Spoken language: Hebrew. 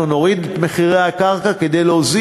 אנחנו נוריד את מחירי הקרקע כדי להוריד